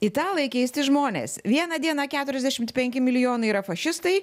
italai keisti žmonės vieną dieną keturiasdešimt penki milijonai yra fašistai